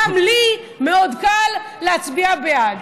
גם לי מאוד קל להצביע בעד,